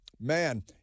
Man